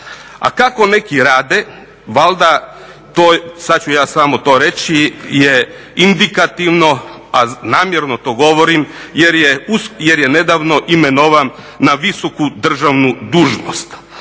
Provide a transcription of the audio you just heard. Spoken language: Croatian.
A kako neki rade valjda to, sada ću ja samo to reći je indikativno a namjerno to govorim jer je nedavno imenovan na visoku državnu dužnost.